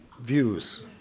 views